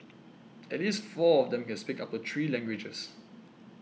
at least four of them can speak up to three languages